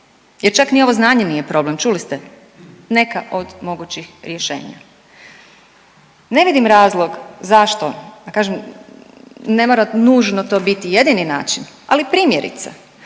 jer čak ni ovo znanje nije problem, čuli ste neka od mogućih rješenja. Ne vidim razlog zašto, a kažem ne mora nužno to biti jedini način, ali primjerice